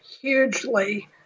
hugely